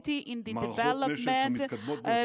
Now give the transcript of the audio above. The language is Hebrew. פיתוח מערכות נשק מהמתקדמות ביותר בעולם,